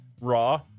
Raw